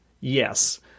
yes